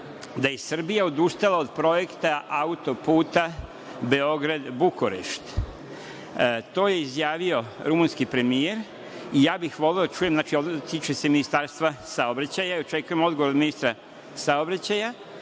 da je i Srbija odustala od projekta autoputa Beograd–Bukurešt. To je izjavio rumunski premijer. Ja bih voleo da čujem, znači, tiče se Ministarstva za saobraćaj, očekujem odgovor od ministra saobraćaja